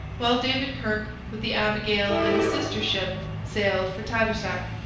while david kirke, with the abigail and a sister ship, sailed for tadoussac,